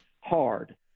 hard